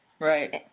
Right